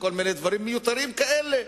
וכל מיני דברים מיותרים כאלה.